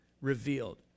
revealed